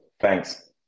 Thanks